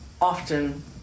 often